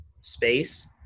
space